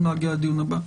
לדיון הבא.